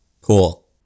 Cool